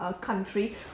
country